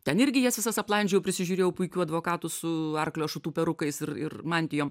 ten irgi jas visas aplandžiojau prisižiūrėjau puikių advokatų su arklio ašutų perukais ir ir mantijom